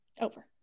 Over